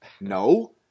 No